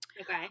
Okay